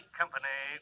company